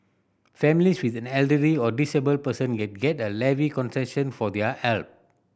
families with an elderly or disabled person can get a levy concession for their help